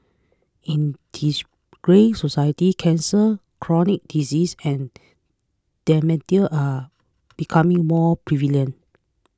in this greying society cancer chronic disease and dementia are becoming more prevalent